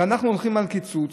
ואנחנו הולכים על קיצוץ,